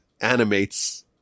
animates